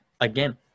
again